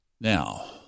Now